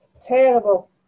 terrible